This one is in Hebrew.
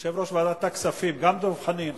יושב-ראש ועדת הכספים, גם דב חנין.